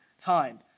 time